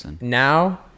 now